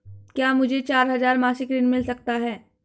क्या मुझे चार हजार मासिक ऋण मिल सकता है?